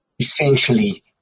Essentially